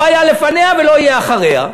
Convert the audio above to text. לא היה לפניה ולא יהיה אחריה.